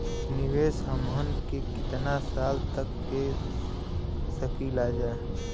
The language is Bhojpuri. निवेश हमहन के कितना साल तक के सकीलाजा?